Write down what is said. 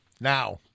Now